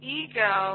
ego